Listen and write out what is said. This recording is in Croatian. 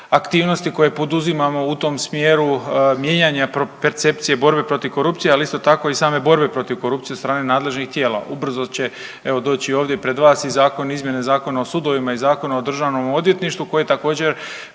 aktivnosti koje poduzimamo u tom smjeru mijenjanja percepcije borbe protiv korupcije, ali isto tako i same borbe protiv korupcije od strane nadležnih tijela. Ubrzo će evo doći ovdje pred vas i zakon izmjene Zakona o sudovima i Zakona o DORH-u koji također